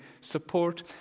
support